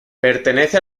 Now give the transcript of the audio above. pertenece